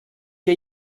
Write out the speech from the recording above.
què